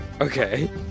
Okay